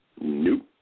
Nope